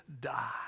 die